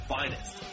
finest